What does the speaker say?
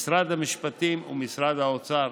משרד המשפטים ומשרד האוצר.